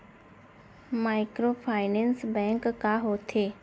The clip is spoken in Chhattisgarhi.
माइक्रोफाइनेंस बैंक का होथे?